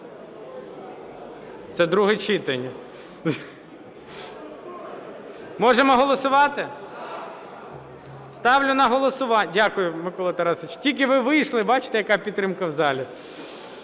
Це друге читання. Можемо голосувати? Ставлю на… Дякую, Микола Тарасович. Тільки ви вийшли – бачите, яка підтримка в залі?